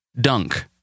dunk